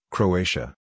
Croatia